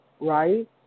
right